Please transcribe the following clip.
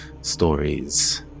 Stories